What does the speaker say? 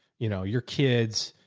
you know, your kids,